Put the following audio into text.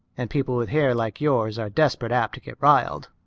and people with hair like yours are desperate apt to get riled.